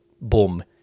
boom